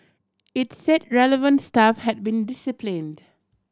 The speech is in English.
it said relevant staff had been disciplined